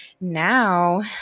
now